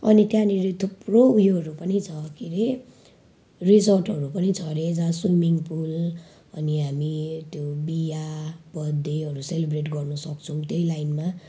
अनि त्यहाँनेर थुप्रो उयोहरू पनि छ के अरे रिजोर्टहरू पनि छ अरे जहाँ सुइमिङ पुल अनि हामी त्यो बिहा बर्थडेहरू सेलिब्रेट गर्न सक्छौँ त्यही लाइनमा